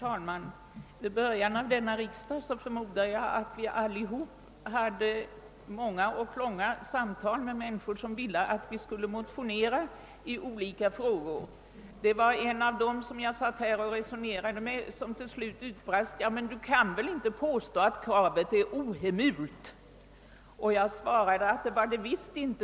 Herr talman! Jag förmodar att vi alla i början av denna riksdag förde många och långa samtal med människor som ville att vi skulle motionera i olika frågor. En av de personer som jag då resonerade med utbrast slutligen: Ja, men Du kan väl inte påstå att kravet är ohemult! Jag svarade att det var det visst inte.